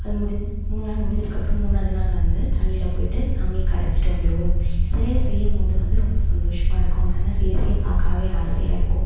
அது மூடுஞ் மூணு நாள் முடிஞ்சத்துக்கப்பறம் மூணாவது நாள் வந்து தண்ணியில் போய்விட்டு சாமியை கரைத்துட்டு வந்துடுவோம் சிலைய செய்யும் போது வந்து ரொம்ப சந்தோஷமா இருக்கும் அந்த அண்ணன் செய்ய செய்ய பார்க்கவே ஆசையாக இருக்கும்